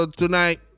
tonight